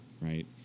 right